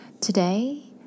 Today